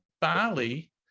bali